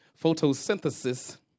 photosynthesis